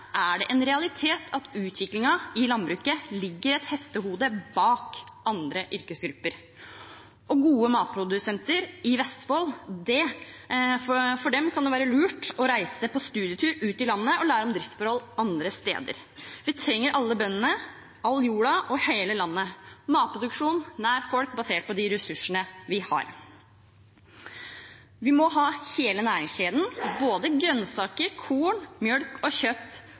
er det en realitet at utviklingen i landbruket ligger et hestehode bak andre yrkesgrupper, og for gode matprodusenter i Vestfold kan det være lurt å reise på studietur ut i landet og lære om driftsforhold andre steder. Vi trenger alle bøndene, all jorda og hele landet – matproduksjon nær folk, basert på de ressursene vi har. Vi må ha hele næringskjeden, både grønnsaker, korn, melk og kjøtt